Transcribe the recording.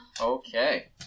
Okay